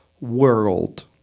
world